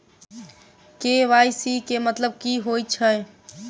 KYC केँ मतलब की होइ छै?